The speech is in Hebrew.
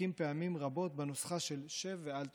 דבקים פעמים רבות בנוסחה של 'שב ואל תעשה'".